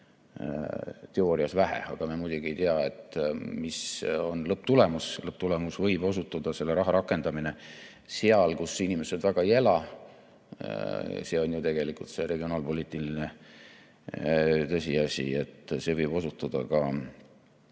teoorias vähe, aga me muidugi ei tea, mis on lõpptulemus. Lõpptulemuseks võib osutuda selle raha rakendamine seal, kus inimesi väga ei ela. See on ju tegelikult see regionaalpoliitiline tõsiasi. Nii et see võib osutuda ka